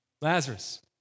Lazarus